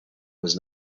was